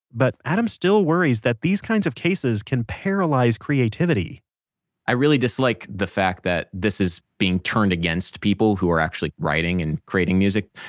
but adam still worries these kinds of cases can paralyze creativity i really dislike the fact that this is being turned against people who are actually writing and creating music.